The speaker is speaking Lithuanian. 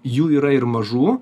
jų yra ir mažų